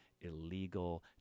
illegal